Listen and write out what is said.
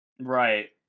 right